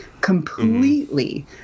completely